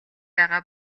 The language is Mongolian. байгаа